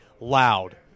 loud